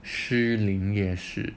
士林夜市